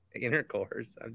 intercourse